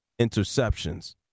interceptions